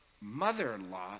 mother-in-law